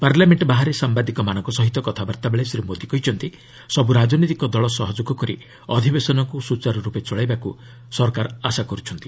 parliament ବାହାରେ ସାମ୍ବାଦିକମାନଙ୍କ ସହିତ କଥାବର୍ତ୍ତାବେଳେ ଶ୍ରୀ ମୋଦି କହିଛନ୍ତି ସବୁ ରାଜନୈତିକ ଦଳ ସହଯୋଗ କରି ଅଧିବେଶନକୁ ସୁଚାରୁରୂପେ ଚଳେଇବାକୁ ସରକାର ଆଶା କରୁଛନ୍ତି